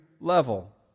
level